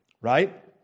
right